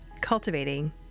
cultivating